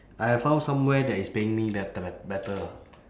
I have found somewhere that is paying me better be~ better lah